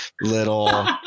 little